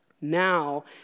Now